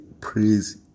praise